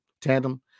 tandem